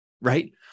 Right